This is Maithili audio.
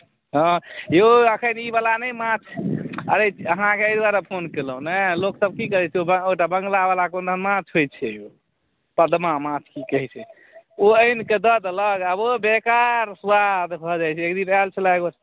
हँ हे यौ एखन ईवला नहि माछ अछि अहाँके एहि द्वारे फोन केलहुँ ने लोकसभ की कहैत छै ने बङ्गलावला कोनदन माछ होइत छै पदमा माछ की कहैत छै ओ आनि कऽ दऽ देलक आ ओ बेकार सुआद भऽ जाइत छै एकदिन आयल छलए एगो